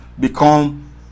become